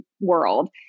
world